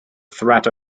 threat